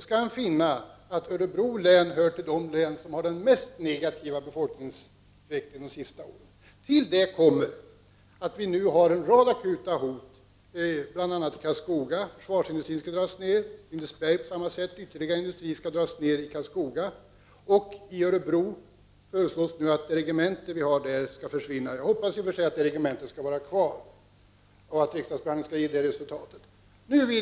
skall han finna att Örebro län hör till de län som har den mest negativa befolkningsutvecklingen de senaste åren. Till det kommer att vi nu har en rad akuta hot, bl.a. i Karlskoga, där försvarsindustrin och annan industri skall dras ner, och i Lindesberg. Nu föreslås också att regementet i Öre bro skall försvinna, men jag hoppas att riksdagsbehandlingen skall ge som resultat att det får vara kvar.